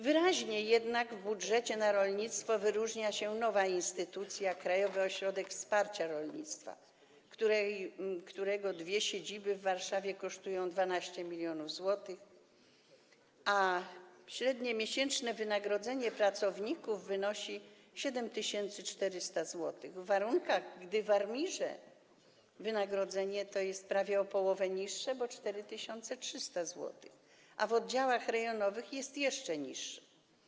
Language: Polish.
Wyraźnie jednak w budżecie na rolnictwo wyróżnia się nowa instytucja - Krajowy Ośrodek Wsparcia Rolnictwa, którego dwie siedziby w Warszawie kosztują 12 mln zł, a w którym średnie miesięczne wynagrodzenie pracowników wynosi 7400 zł, w warunkach gdy w ARiMR wynagrodzenie to jest prawie o połowę niższe, bo wynosi 4300 zł, a w oddziałach rejonowych jest jeszcze niższe.